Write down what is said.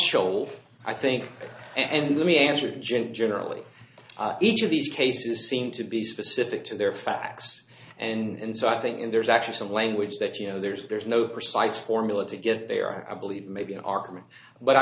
shoulder i think and let me answer gent generally each of these cases seem to be specific to their facts and so i think there's actually some language that you know there's there's no precise formula to get there i believe maybe an argument but i